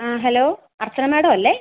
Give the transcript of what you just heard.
ആ hello Archana madam അല്ലേ